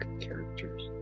characters